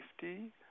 safety